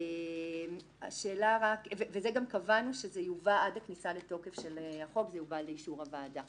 זה גם קבענו שזה יובא עד לכניסה לתוקף של החוק לאישור הוועדה.